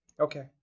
Okay